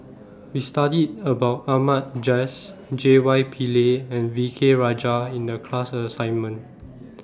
We studied about Ahmad Jais J Y Pillay and V K Rajah in The class assignment